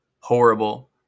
Horrible